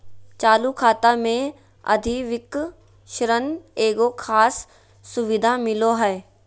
चालू खाता मे अधिविकर्षण एगो खास सुविधा मिलो हय